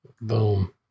Boom